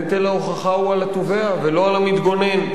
נטל ההוכחה הוא על התובע ולא על המתגונן.